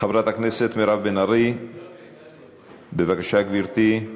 חברת הכנסת מירב בן ארי, בבקשה, גברתי.